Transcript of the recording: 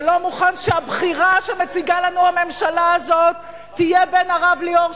שלא מוכן שהבחירה שמציגה לנו הממשלה הזאת תהיה בין הרב ליאור,